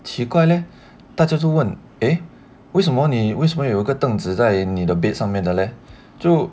奇怪 leh 大家就问 eh 为什么你为什么会有一个凳子在你的 bed 上面的 leh